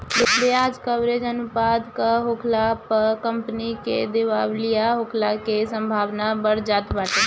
बियाज कवरेज अनुपात कम होखला पअ कंपनी के दिवालिया होखला के संभावना बढ़ जात बाटे